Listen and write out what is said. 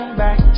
back